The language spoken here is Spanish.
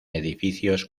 edificios